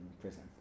prison